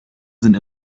sind